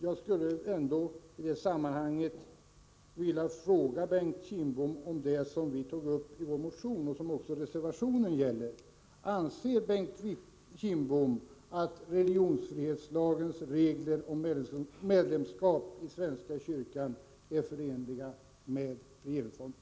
Jag skulle ändå i sammanhanget vilja fråga Bengt Kindbom om det som vi tog upp i vår motion och som också reservationen gäller: Anser Bengt Kindbom att religionsfrihetslagens regler om medlemskap i svenska kyrkan är förenliga med regeringsformen?